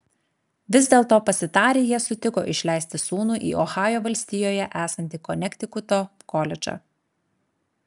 vis dėlto pasitarę jie sutiko išleisti sūnų į ohajo valstijoje esantį konektikuto koledžą